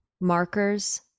markers